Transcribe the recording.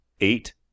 eight